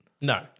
No